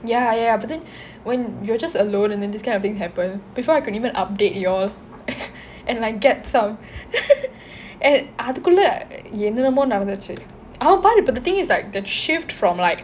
ya ya but then when you're just alone and then this kind of thing happen before I could even update you all and like get some and அதுக்குள்ளே என்னென்னமோ நடந்துருச்சு ஆனா பாரு:athukkulle ennennamo nadanthuruchu aana paaru but the thing is like the shift from like